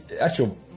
actual